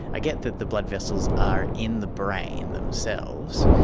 i get that the blood vessels are in the brain themselves,